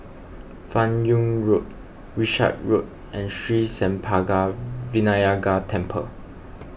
Fan Yoong Road Wishart Road and Sri Senpaga Vinayagar Temple